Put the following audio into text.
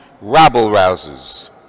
rabble-rousers